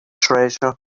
treasure